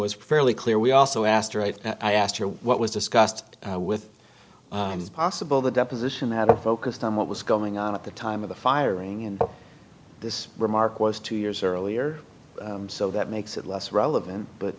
was fairly clear we also asked right i asked her what was discussed with possible the deposition that focused on what was going on at the time of the firing and this remark was two years earlier so that makes it less relevant